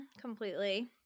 Completely